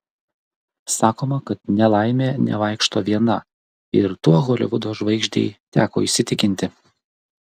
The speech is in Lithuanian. sakoma kad nelaimė nevaikšto viena ir tuo holivudo žvaigždei teko įsitikinti